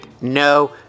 No